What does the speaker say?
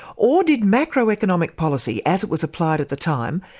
or did macro-economic policy as it was applied at the time,